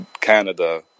Canada